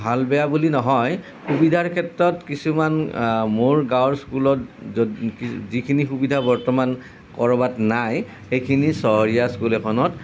ভাল বেয়া বুলি নহয় সুবিধাৰ ক্ষেত্ৰত কিছুমান মোৰ গাঁৱৰ স্কুলত য'ত যিখিনি সুবিধা বৰ্তমান ক'ৰবাত নাই সেইখিনি চহৰীয়া স্কুল এখনত